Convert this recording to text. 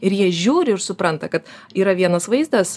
ir jie žiūri ir supranta kad yra vienas vaizdas